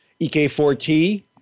EK4T